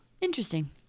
Interesting